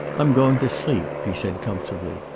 i'm going to sleep, he said comfortably.